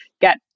get